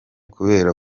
kubera